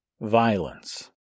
Violence